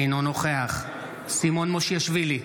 אינו נוכח סימון מושיאשוילי,